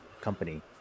company